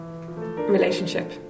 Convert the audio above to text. relationship